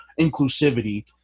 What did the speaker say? inclusivity